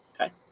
Okay